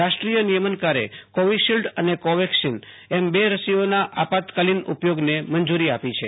રાષ્ટ્રીય નિયમનકારે કોવિશિલ્ડ અને કોવેક્સિન એમ બે રસીઓના આપાત્તકાલિન ઉપયોગને મંજૂરી આપી છે